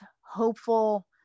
hopeful